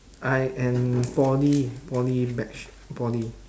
I am poly poly batch poly